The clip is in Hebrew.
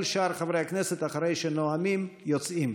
כל שאר חברי הכנסת, אחרי שנואמים, יוצאים.